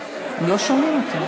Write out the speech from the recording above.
הוא לא שומע אותי.